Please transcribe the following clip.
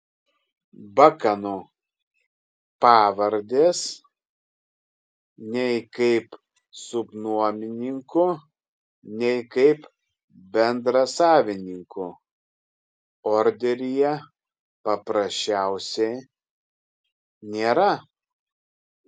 bakanų pavardės nei kaip subnuomininkų nei kaip bendrasavininkų orderyje paprasčiausiai nėra